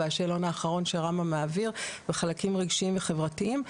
והשאלון האחרון וחלקים רגשיים וחברתיים.